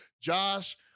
Josh